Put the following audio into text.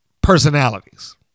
personalities